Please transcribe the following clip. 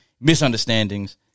Misunderstandings